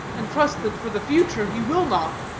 and trust that, for the future, he will not.